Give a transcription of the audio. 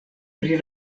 pri